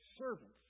servants